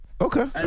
okay